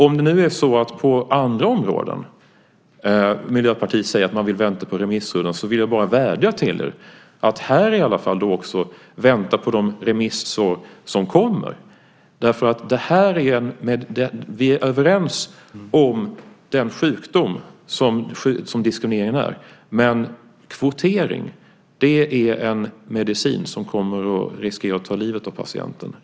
Om nu Miljöpartiet på andra områden säger att man vill vänta på remissrundan vill jag bara vädja till er att också här vänta på de remissvar som kommer. Vi är överens om den sjukdom som diskrimineringen är, men kvotering är en medicin som kommer att riskera att ta livet av patienten.